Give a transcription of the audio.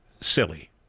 silly